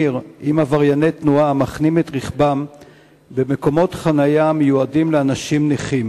הצבת תמרור וסמכות אכיפה במקום שהוקצה לרכב נכה),